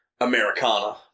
Americana